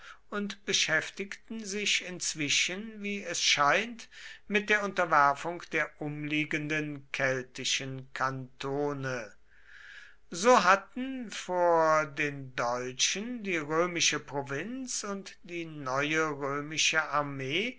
und beschäftigten sich inzwischen wie es scheint mit der unterwerfung der umliegenden keltischen kantone so hatten vor den deutschen die römische provinz und die neue römische armee